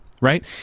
right